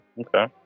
okay